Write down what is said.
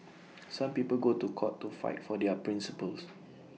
some people go to court to fight for their principles